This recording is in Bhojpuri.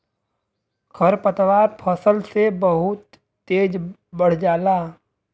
खरपतवार फसल से बहुत तेज बढ़ जाला